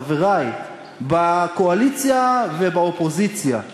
חברי בקואליציה ובאופוזיציה.